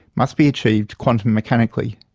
must be achieved quantum-mechanically,